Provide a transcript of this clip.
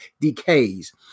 decays